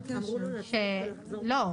לא,